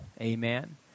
Amen